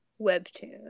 Webtoon